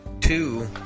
Two